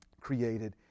created